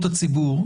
לבריאות הציבור.